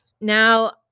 now